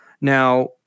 Now